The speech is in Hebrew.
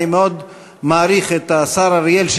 אני מאוד מעריך את השר אריאל,